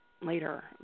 later